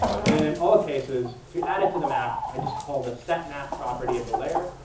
and then in all cases, to add it to the map, i just call the set map property of the layer,